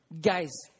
Guys